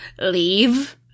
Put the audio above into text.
leave